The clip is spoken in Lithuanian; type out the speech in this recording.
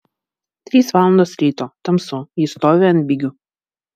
trys valandos ryto tamsu jis stovi ant bigių